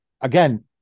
Again